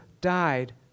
died